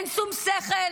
אין שום שכל,